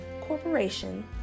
corporation